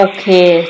Okay